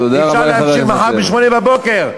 ואפשר להמשיך מחר ב-08:00.